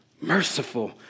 Merciful